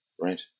Right